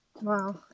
Wow